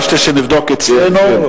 ביקשתי שנבדוק את כן.